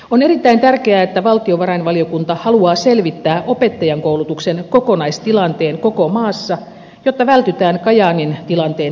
on erittäin tärkeää että valtiovarainvaliokunta haluaa selvittää opettajankoulutuksen kokonaistilanteen koko maassa jotta vältytään kajaanin tilanteen toistumiselta